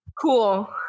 cool